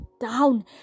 down